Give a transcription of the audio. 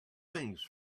things